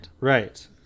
right